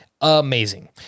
amazing